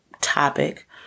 topic